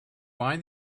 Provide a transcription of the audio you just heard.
why